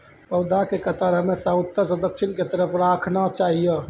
पौधा के कतार हमेशा उत्तर सं दक्षिण के तरफ राखना चाहियो